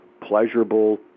pleasurable